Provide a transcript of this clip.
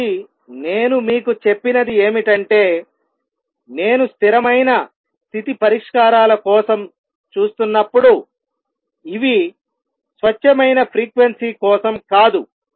కాబట్టి నేను మీకు చెప్పినది ఏమిటంటే నేను స్థిరమైన స్థితి పరిష్కారాల కోసం చూస్తున్నప్పుడు ఇవి స్వచ్ఛమైన ఫ్రీక్వెన్సీ కోసం కాదు